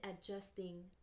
adjusting